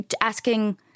asking